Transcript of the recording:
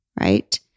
right